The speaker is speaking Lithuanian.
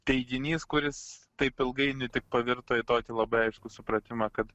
teiginys kuris taip ilgainiui tik pavirto į tokį labai aiškų supratimą kad